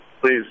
please